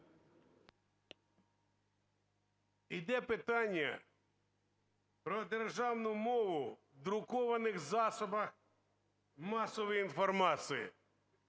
Іде питання про державну мову в друкованих засобах масової інформації.